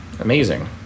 Amazing